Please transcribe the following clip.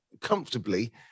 comfortably